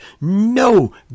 no